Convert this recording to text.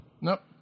Nope